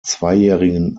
zweijährigen